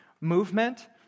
movement